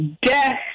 Death